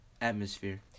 atmosphere